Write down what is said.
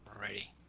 Ready